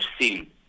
seen